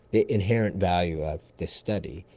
the inherent value of this study,